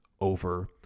over